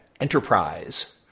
Enterprise